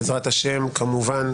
בעזרת השם כמובן,